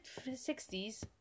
60s